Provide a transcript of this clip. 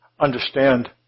understand